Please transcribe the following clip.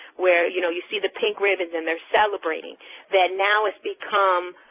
where you know, you see the pink ribbons and they're celebrating that now it's become,